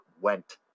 went